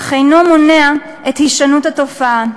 אך אינו מונע את הישנות התופעה.